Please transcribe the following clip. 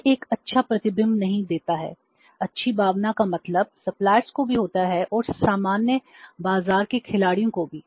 यह एक अच्छा प्रतिबिंब नहीं देता है अच्छी भावना का मतलब सप्लायर्स को भी होता है और सामान्य बाजार के खिलाड़ियों को भी